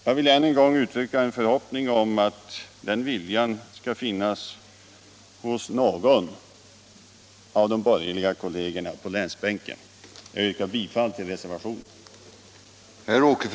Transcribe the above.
Jag vill än en gång uttrycka förhoppningen att den viljan skall finnas hos någon av de borgerliga kollegerna på länsbänken. Jag yrkar bifall till reservationen.